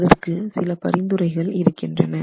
அதற்கு சில பரிந்துரைகள் இருக்கின்றன